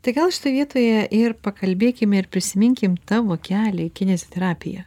tai gal šitoj vietoje ir pakalbėkime ir prisiminkim tavo kelią į kineziterapiją